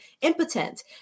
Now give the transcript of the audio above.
impotent